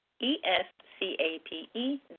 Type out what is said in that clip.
E-S-C-A-P-E